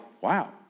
wow